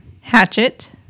Hatchet